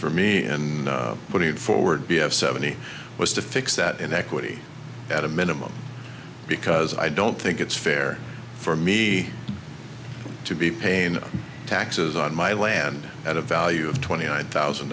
for me in putting forward b f seventy was to fix that inequity at a minimum because i don't think it's fair for me to be pain taxes on my land at a value of twenty nine thousand